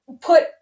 put